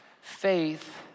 faith